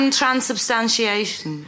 transubstantiation